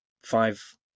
five